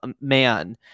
man